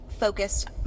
focused